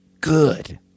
good